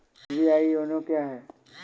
SBI YONO क्या है?